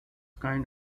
kind